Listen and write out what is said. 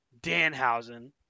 Danhausen